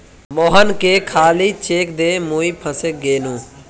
मोहनके खाली चेक दे मुई फसे गेनू